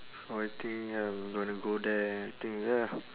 so I think ya I'm gonna go there think ya